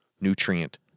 nutrient